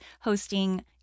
hosting